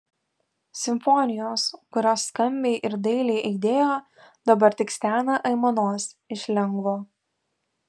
simfonijos kurios skambiai ir dailiai aidėjo dabar tik stena aimanos iš lengvo